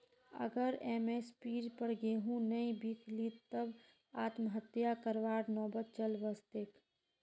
अगर एम.एस.पीर पर गेंहू नइ बीक लित तब आत्महत्या करवार नौबत चल वस तेक